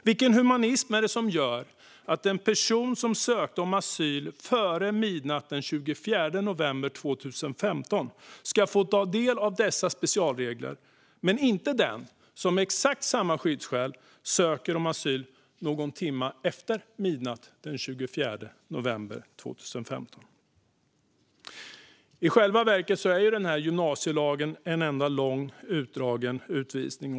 Vilken humanism är det som gör att den person som sökte asyl före midnatt den 24 november 2015 ska få ta del av dessa specialregler men inte den som med exakt samma skyddsskäl sökte asyl någon timme efter midnatt den 24 november 2015? I själva verket är gymnasielagen en enda lång, utdragen utvisning.